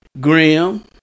grim